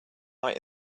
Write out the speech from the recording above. right